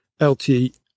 lte